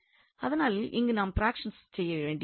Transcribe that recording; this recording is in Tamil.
அதனால் இங்கும் நாம் ப்ராக்ஷன்ஸ் செய்ய வேண்டியதுள்ளது